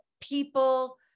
people